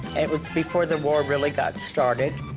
it was before the war really got started.